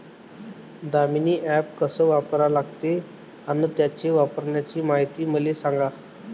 Damini app कस वापरा लागते? अन त्याच्या वापराची मायती मले सांगा